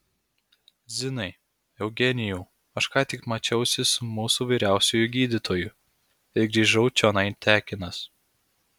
zinai eugenijau aš ką tik mačiausi su mūsų vyriausiuoju gydytoju ir grįžau čionai tekinas